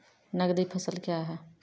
नगदी फसल क्या हैं?